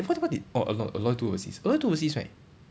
what did what did orh aloy aloy do assist aloy do assist right